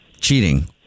cheating